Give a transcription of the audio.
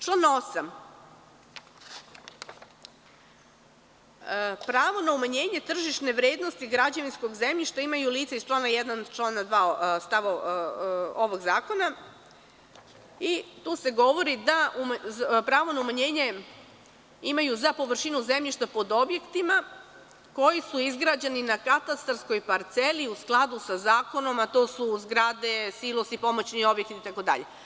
Član 8. – pravo na umanjenje tržišne vrednosti građevinskog zemljišta imaju lica iz člana 1. stav 2. ovog zakona i tu se govori da pravo na umanjenje imaju za površinu zemljišta pod objektima koji su izgrađeni na katastarskoj parceli u skladu sa zakonom, a to su zgrade, silosi, pomoćni objekti itd.